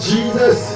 Jesus